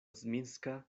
zminska